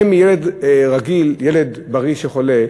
בשונה מילד רגיל, ילד בריא שחולה,